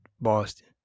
Boston